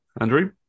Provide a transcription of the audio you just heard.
Andrew